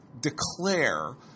declare